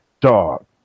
dog